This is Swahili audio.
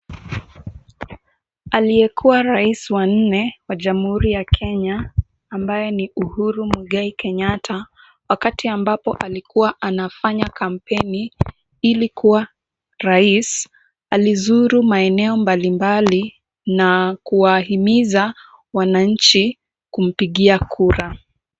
Aliyekuwa rais wa nne wa jamhuri ya Kenya ambaye ni Uhuru Muigai Kenyetta, wakati ambapo alikuwa anafanya kampeni ili kuwa rais. Alizuru maeneo mbali mbali na kuwahimiza wananchi kumpigia kura.